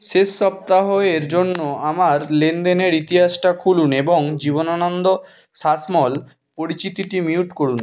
শেষ সপ্তাহ এর জন্য আমার লেনদেনের ইতিহাসটা খুলুন এবং জীবনানন্দ শাসমল পরিচিতিটি মিউট করুন